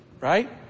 right